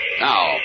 Now